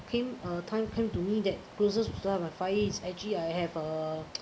came uh time came to me that closest is actually I have a